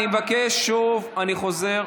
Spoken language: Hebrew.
אני מבקש שוב, אני חוזר,